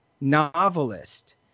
novelist